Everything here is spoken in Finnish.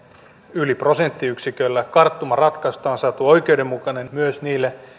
yli prosenttiyksiköllä karttumaratkaisusta on saatu oikeudenmukainen myös niille